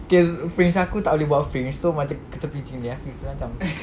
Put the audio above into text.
dia fringe aku tak boleh buat fringe so macam ke tepi macam ni